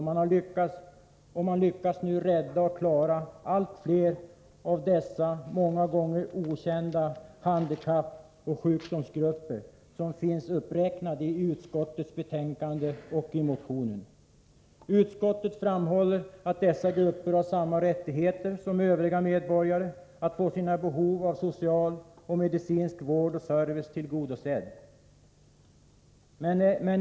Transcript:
Man lyckas nu rädda allt fler av de många gånger okända handikappoch sjukdomsgrupper som finns uppräknade i motionen och utskottsbetänkandet. Utskottet framhåller att dessa grupper har samma rättigheter som övriga medborgare att få sina behov av social och medicinsk vård och service tillgodosedda.